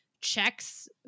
checks